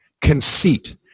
conceit